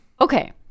Okay